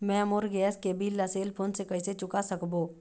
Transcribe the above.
मैं मोर गैस के बिल ला सेल फोन से कइसे चुका सकबो?